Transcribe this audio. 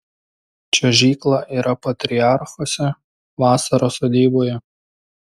čiuožykla yra patriarchuose vasara sodyboje